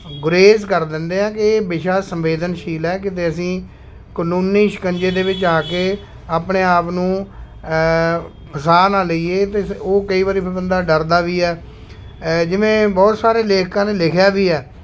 ਗੁਰੇਜ਼ ਕਰ ਦਿੰਦੇ ਹਾਂ ਕਿ ਇਹ ਵਿਸ਼ਾ ਸੰਵੇਦਨਸ਼ੀਲ ਹੈ ਕਿਤੇ ਅਸੀਂ ਕਨੂੰਨੀ ਸ਼ਿਕੰਜੇ ਦੇ ਵਿੱਚ ਆ ਕੇ ਆਪਣੇ ਆਪ ਨੂੰ ਫਸਾ ਨਾ ਲਈਏ ਅਤੇ ਸ ਉਹ ਕਈ ਵਾਰੀ ਫਿਰ ਬੰਦਾ ਡਰਦਾ ਵੀ ਹੈ ਜਿਵੇਂ ਬਹੁਤ ਸਾਰੇ ਲੇਖਕਾਂ ਨੇ ਲਿਖਿਆ ਵੀ ਹੈ